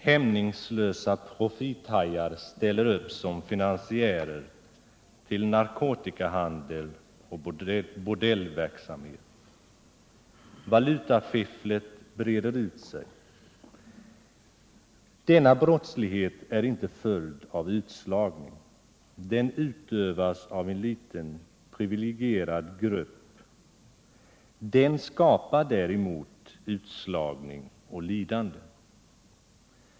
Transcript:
Hämningslösa profithajar ställer upp såsom finansiärer till narkotikahandel och bordellverksamhet. Valutafifflet breder ut sig. Denna brottslighet är inte en följd av utslagning. Den utövas av en liten privilegierad grupp. Den skapar däremot utslagning och lidande.